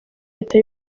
leta